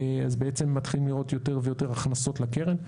אז בעצם מתחילים לראות יותר ויותר הכנסות לקרן,